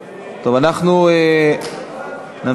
פה, בואו נצביע.